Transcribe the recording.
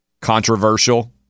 controversial